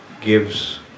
gives